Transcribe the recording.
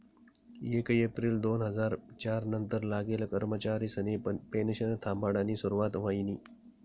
येक येप्रिल दोन हजार च्यार नंतर लागेल कर्मचारिसनी पेनशन थांबाडानी सुरुवात व्हयनी